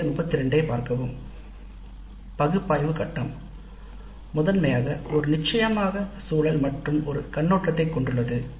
பகுப்பாய்வு கட்டம் முதன்மையாக இது ஆனால் இத்திட்டத்தை பற்றிய ஒரு மேலோட்டமான கண்ணோட்டத்தைக் கொண்டுள்ளது